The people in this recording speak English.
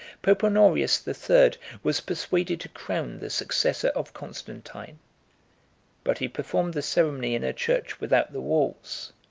pope honorius the third was persuaded to crown the successor of constantine but he performed the ceremony in a church without the walls,